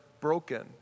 broken